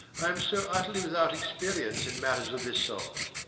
i am so utterly without experience in matters of this sort.